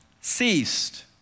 ceased